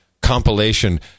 compilation